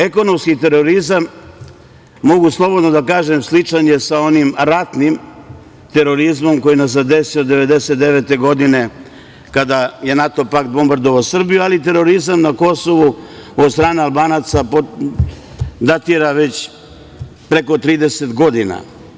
Ekonomski terorizam, mogu slobodno da kažem, sličan je sa onim ratnim terorizmom koji nas je zadesio 1999. godine kada je NATO pakt bombardovao Srbiju, ali terorizam na Kosovu od strane Albanaca datira već preko 30 godina.